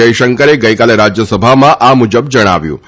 જયશંકરે ગઇકાલે રાજયસભામાં આ મુજબ જણાવ્યું હતું